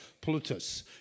plutus